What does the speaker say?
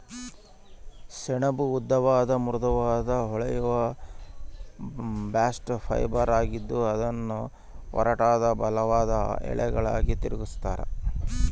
ಸೆಣಬು ಉದ್ದವಾದ ಮೃದುವಾದ ಹೊಳೆಯುವ ಬಾಸ್ಟ್ ಫೈಬರ್ ಆಗಿದ್ದು ಅದನ್ನು ಒರಟಾದ ಬಲವಾದ ಎಳೆಗಳಾಗಿ ತಿರುಗಿಸ್ತರ